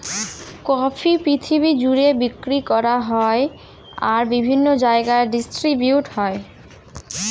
coffee পৃথিবী জুড়ে বিক্রি করা হয় আর বিভিন্ন জায়গায় ডিস্ট্রিবিউট হয়